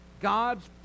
God's